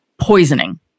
poisoning